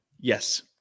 Yes